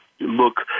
look